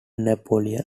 napoleon